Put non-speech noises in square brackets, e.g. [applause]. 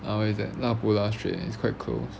uh where's that [noise] is quite close